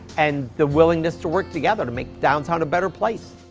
and the willingness to work together to make downtown a better place.